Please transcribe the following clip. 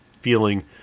feeling